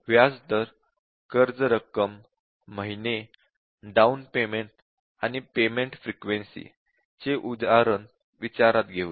व्याज दर कर्ज रक्कम महिने डाउन पेमेंट आणि पेमेंट फ्रिक्वेन्सी चे उदाहरण विचारात घेऊया